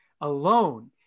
alone